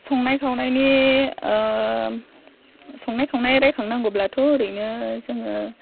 संनाय खावनायनि संनाय खावनाय रायखांनांगौब्लाथ' ओरैनो जोङो